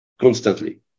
constantly